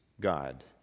God